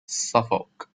suffolk